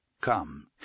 Come